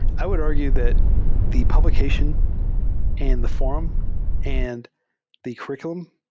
i would argue that the publication and the forum and the curr iculum,